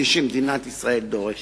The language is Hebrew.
כפי שמדינת ישראל דורשת.